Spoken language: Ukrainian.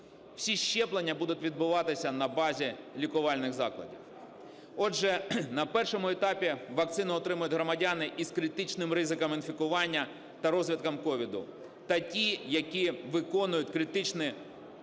Всі щеплення будуть відбуватися на базі лікувальних закладів. Отже, на першому етапі вакцину отримають громадяни із критичним ризиком інфікування та розвитком COVID, та ті, які виконують критичні